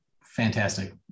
fantastic